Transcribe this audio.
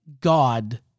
God